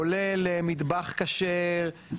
כולל מטבח כשר.